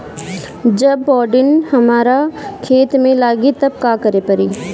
जब बोडिन हमारा खेत मे लागी तब का करे परी?